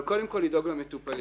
אבל קודם כל לדאוג למטופלים.